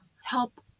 help